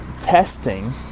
testing